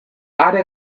are